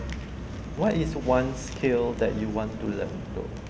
what is one skill that you wanted to learn though